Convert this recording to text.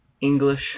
English